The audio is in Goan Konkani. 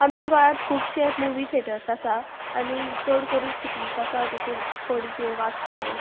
आमचीं गोंयांत खुबशे मुवी थिएटर्स आसा आनी चड करून सिटीज आसा जशे पणजे वास्को